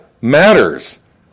matters